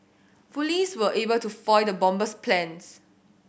police were able to foil the bomber's plans